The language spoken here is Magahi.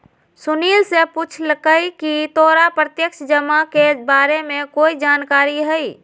सुनील ने पूछकई की तोरा प्रत्यक्ष जमा के बारे में कोई जानकारी हई